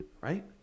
right